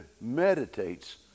meditates